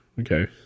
okay